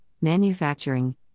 manufacturing